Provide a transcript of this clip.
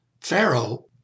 Pharaoh